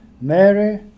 Mary